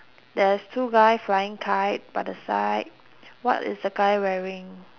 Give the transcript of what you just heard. there's two guy flying kite by the side what is the guy wearing